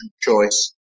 choice